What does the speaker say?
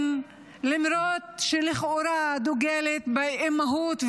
למרות שלכאורה היא דואגת באימהות,